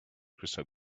crystal